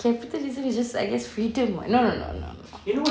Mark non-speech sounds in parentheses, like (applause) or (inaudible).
capitalism it's just I guess freedom what no no no no no (noise)